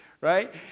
right